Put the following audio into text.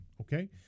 Okay